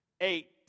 eight